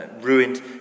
ruined